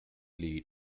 lead